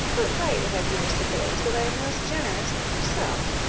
what right have you to suppose that i am less generous than yourself,